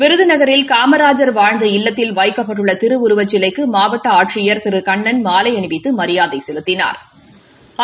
விருதுநகில் காமராஜர் வாழ்ந்த இல்லத்தில் வைக்கப்பட்டுள்ள திருவுருவச் சிலைக்கு மாவட்ட ஆட்சியர் திரு கண்ணன் மாலை அணிவித்து மரியாதை செலுத்தினாா்